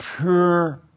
pure